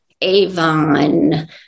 Avon